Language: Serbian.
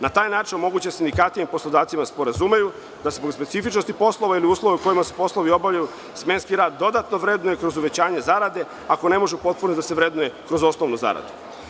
Na taj način omogućuje se sindikatima i poslodavcima da se sporazumeju da zbog specifičnosti poslova ili uslova u kojima se poslovi obavljaju, smenski rad dodatno vrednuje kroz uvećanje zarade, ako ne može u potpunosti da se vrednuje kroz osnovnu zaradu.